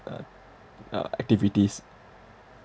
uh uh activities